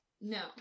No